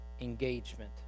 engagement